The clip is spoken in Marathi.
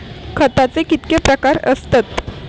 खताचे कितके प्रकार असतत?